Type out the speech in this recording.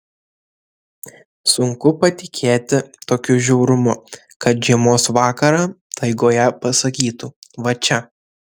sunku patikėti tokiu žiaurumu kad žiemos vakarą taigoje pasakytų va čia